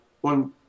one